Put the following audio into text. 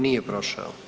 Nije prošao.